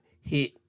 hit